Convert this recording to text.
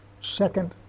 second